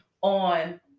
on